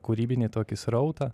kūrybinį tokį srautą